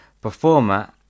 performer